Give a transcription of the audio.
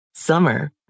Summer